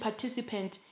participant